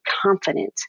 confident